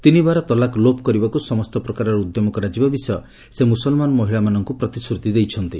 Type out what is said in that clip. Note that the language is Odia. ତିନିବାର ତଲାକ୍ ଲୋପ କରିବାକୁ ସମସ୍ତ ପ୍ରକାରର ଉଦ୍ୟମ କରାଯିବା ବିଷୟ ସେ ମୁସଲମାନ ମହିଳାମାନଙ୍କୁ ପ୍ରତିଶ୍ରତି ଦେଇଛନ୍ତି